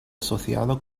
asociado